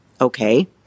okay